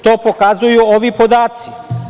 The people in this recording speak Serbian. To pokazuju ovi podaci.